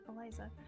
Eliza